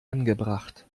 angebracht